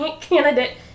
candidate